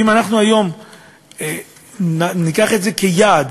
אם היום אנחנו ניקח את זה כיעד,